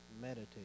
meditate